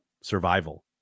survival